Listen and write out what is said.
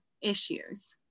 issues